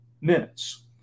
minutes